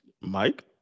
mike